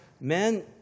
men